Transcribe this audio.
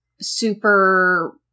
super